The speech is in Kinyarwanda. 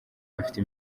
afite